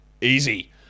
easy